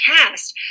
cast